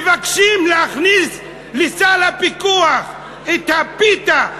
מבקשים להכניס לסל הפיקוח את הפיתה,